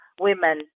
women